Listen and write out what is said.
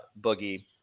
boogie